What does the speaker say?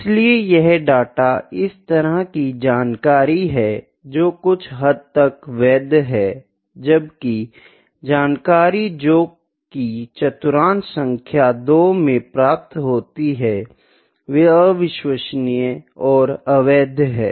इसलिए यह डेटा इस तरह की जानकारी है जो कुछ हद तक वैध है जबकि यह जानकारी जो की चतुर्थांश 2 से प्राप्त होती है अविश्वसनीय और अवैध है